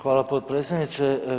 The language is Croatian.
Hvala potpredsjedniče.